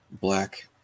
black